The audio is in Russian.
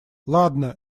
ладно